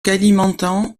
kalimantan